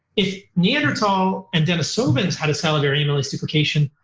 if neanderthals and denisovans had a salivary amylase duplication,